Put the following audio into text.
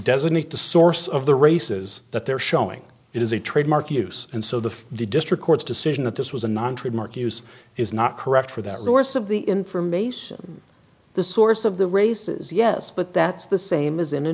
designate the source of the races that they're showing it is a trademark use and so the the district court's decision that this was a non trade mark hughes is not correct for that resource of the information the source of the races yes but that's the same as in a